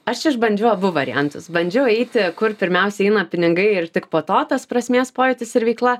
aš išbandžiau abu variantus bandžiau eiti kur pirmiausia eina pinigai ir tik po to tas prasmės pojūtis ir veikla